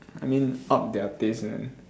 I mean up their taste man